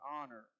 honor